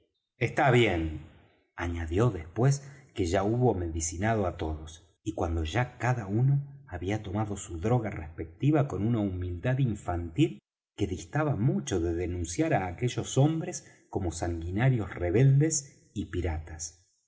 está bien añadió después que ya hubo medicinado á todos y cuando ya cada uno había tomado su droga respectiva con una humildad infantil que distaba mucho de denunciar á aquellos hombres como sanguinarios rebeldes y piratas